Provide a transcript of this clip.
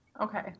Okay